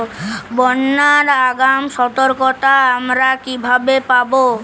বন্যার আগাম সতর্কতা আমরা কিভাবে পাবো?